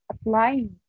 applying